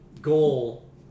goal